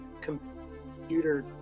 computer